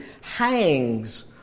hangs